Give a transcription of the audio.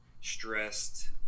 stressed